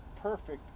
perfect